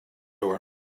door